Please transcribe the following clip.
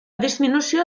disminució